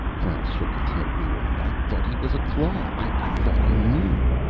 klaus shook his head wearily. i thought he was a claw. i thought i knew.